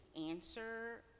answer